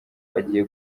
agiye